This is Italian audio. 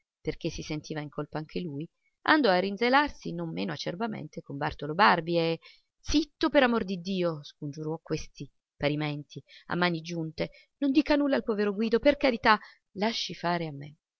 poiché si sentiva in colpa anche lui andò a rinzelarsi non meno acerbamente con bartolo barbi e zitto per amor di dio scongiurò questi parimenti a mani giunte non dica nulla al povero guido per carità lasci fare a me